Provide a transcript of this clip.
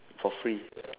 for free